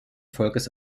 volkes